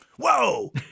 whoa